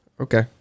Okay